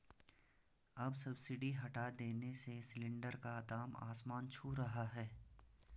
अब सब्सिडी हटा देने से सिलेंडर का दाम आसमान छू रहा है